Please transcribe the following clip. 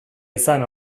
izan